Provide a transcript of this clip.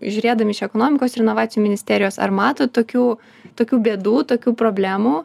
žiūrėdami iš ekonomikos ir inovacijų ministerijos ar matot tokių tokių bėdų tokių problemų